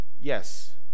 Yes